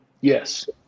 Yes